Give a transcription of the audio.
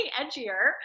edgier